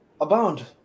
abound